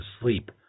sleep